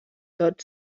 tot